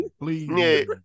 Please